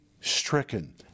stricken